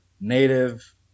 native